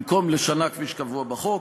במקום לשנה כפי שקבוע בחוק,